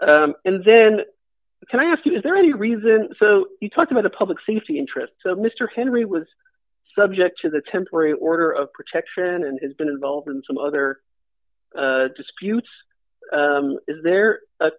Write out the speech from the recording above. right and then can i ask you is there any reason so you talked about the public safety interest to mr henry was subject to the temporary order of protection and has been involved in some other disputes is there a